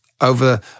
Over